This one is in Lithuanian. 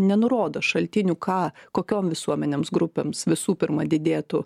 nenurodo šaltinių ką kokiom visuomenėms grupėms visų pirma didėtų